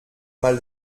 mal